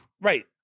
Right